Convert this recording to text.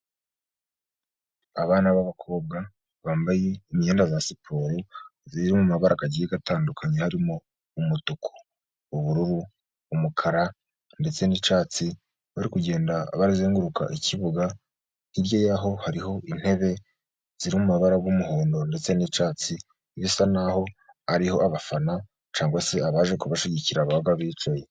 Abana b'abakobwa bambaye imyenda ya siporo iri mu mabara agiye atandukanye, harimo umutuku, ubururu umukara, ndetse n'icyatsi bari kugenda bazenguruka ikibuga, hirya yaho hariho intebe ziri mu mabara y'umuhondo ndetse n'icyatsi bisa naho ariho abafana cyangwa se abaje kubashyigikira baba bicaye.